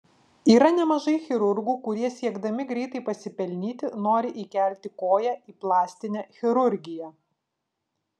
yra nemažai chirurgų kurie siekdami greitai pasipelnyti nori įkelti koją į plastinę chirurgiją